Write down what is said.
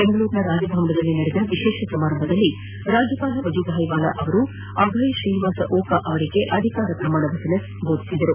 ಬೆಂಗಳೂರಿನ ರಾಜಭವನದಲ್ಲಿ ನಡೆದ ವಿಶೇಷ ಸಮಾರಂಭದಲ್ಲಿ ರಾಜ್ಯಪಾಲ ವಜೂಭಾಯಿ ವಾಲಾ ಅವರು ಅಭಯ್ ಶ್ರೀನಿವಾಸ್ ಓಕಾ ಅವರಿಗೆ ಅಧಿಕಾರ ಪ್ರಮಾಣ ವಚನ ಬೋಧಿಸಿದರು